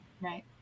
Right